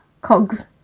cogs